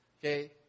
okay